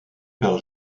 par